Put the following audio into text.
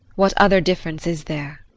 what other difference is there?